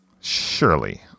Surely